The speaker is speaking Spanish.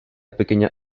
pequeña